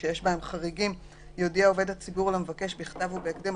שיש בהם חריגים יודיע עובד הציבור למבקש בכתב ובהקדם,